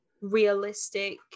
realistic